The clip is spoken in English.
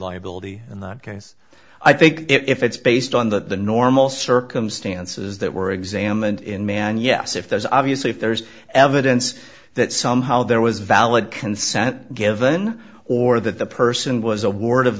liability in that case i think if it's based on the normal circumstances that were examined in man yes if there's obviously if there's evidence that somehow there was valid consent given or that the person was a ward of